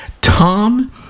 Tom